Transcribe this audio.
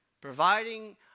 Providing